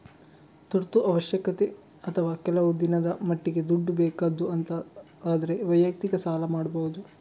ತುರ್ತು ಅವಶ್ಯಕತೆ ಅಥವಾ ಕೆಲವು ದಿನದ ಮಟ್ಟಿಗೆ ದುಡ್ಡು ಬೇಕಾದ್ದು ಅಂತ ಆದ್ರೆ ವೈಯಕ್ತಿಕ ಸಾಲ ಮಾಡ್ಬಹುದು